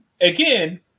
Again